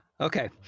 Okay